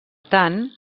tant